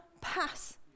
pass